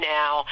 now